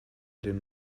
den